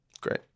Great